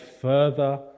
further